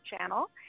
channel